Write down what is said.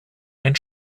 ein